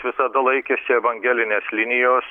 visada laikėsi evangelinės linijos